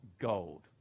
gold